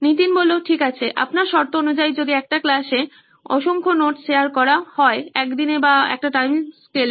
নীতিন ঠিক আছে আপনার শর্ত অনুযায়ী যদি একটা ক্লাসে অসংখ্য নোটস শেয়ার করা হয় একদিনে বা একটা টাইমস্কেলে